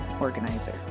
organizer